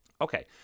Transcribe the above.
Okay